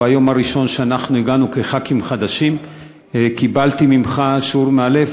ביום הראשון שאנחנו הגענו כחברי כנסת חדשים קיבלתי ממך שיעור מאלף,